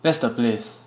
that's the place